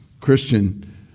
Christian